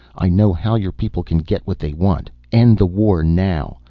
i know how your people can get what they want end the war now.